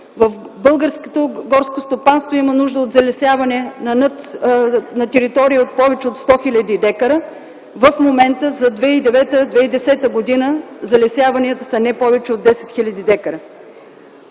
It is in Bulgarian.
Българското горско стопанство има нужда от залесяване на територии от повече от 100 хил. дка. В момента за 2009-2010 г. залесяванията са не повече от 10 хил. дка.